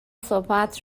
صحبت